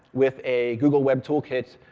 with a google web toolkit